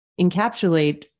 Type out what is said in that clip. encapsulate